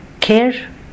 care